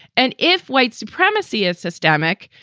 and if white supremacy is systemic,